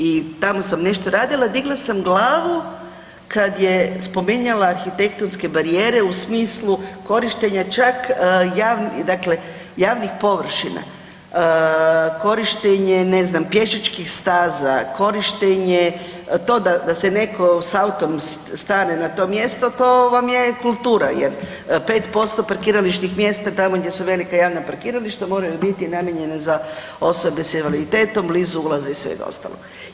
I tamo sam nešto radila, digla sam glavu kad je spominjala arhitektonske barijere u smislu korištenja čak javnih, dakle javnih površina, korištenje ne znam pješačkih staza, korištenje to da se netko s autom stane na to mjesto, to vam je kultura jer 5% parkirališnih mjesta tamo gdje su velika javna parkirališta moraju biti namijenjena za osobe s invaliditetom, blizu ulaza i svega ostalog.